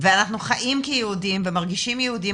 ואנחנו חיים כיהודים ומרגישים יהודים